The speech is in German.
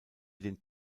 den